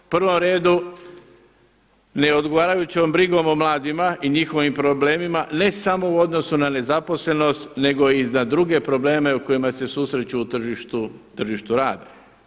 U prvom redu neodgovarajućom brigom o mladima i njihovim problemima ne samo u odnosu na nezaposlenost nego i za druge probleme sa kojima se susreću u tržištu rada.